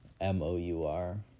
M-O-U-R